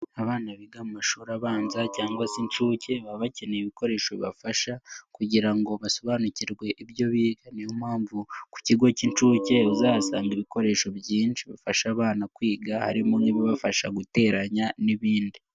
Abana biga mu mashuri abanza cyangwa se incuke baba bakeneye ibikoresho bibafasha kugira ngo basobanukirwe ibyo biga, niyo mpamvu ku kigo cy'incuke uzahasanga ibikoresho byinshi bifasha abana kwiga harimo n'ibibafasha guteranya n'ibindi.